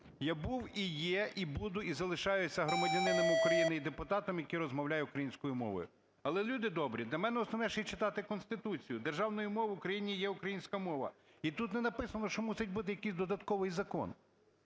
Я був, і є, і буду, і залишаюся громадянином України і депутатом, який розмовляє українською мовою. Але, люди добрі, для мене основне ще і читати Конституцію: "Державною мовою в Україні є українська мова". І тут не написано, що мусить бути якийсь додатковий закон.